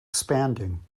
expanding